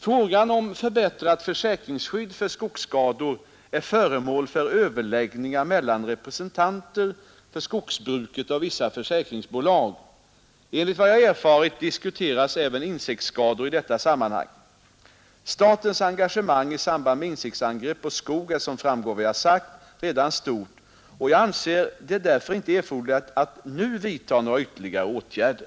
Frågan om förbättrat försäkringsskydd för skogsskador är föremål för överläggningar mellan representanter för skogsbruket och vissa försäknngsbolag. Enligt vad jag erfarit diskuteras även insektsskador i detta sammanhang. Staiens engagemang i samband med insektsangrepp på skog är som framgår av vad jag sagt redan stort, och jag anser det därför inte erforderligt att nu vidta ytterligare åtgärder.